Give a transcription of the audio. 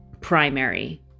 primary